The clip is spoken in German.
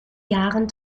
jahren